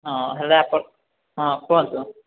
ହଁ ହେଲା ହଁ କୁହନ୍ତୁ